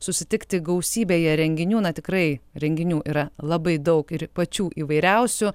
susitikti gausybėje renginių na tikrai renginių yra labai daug ir pačių įvairiausių